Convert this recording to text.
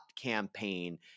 campaign